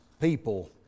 people